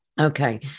okay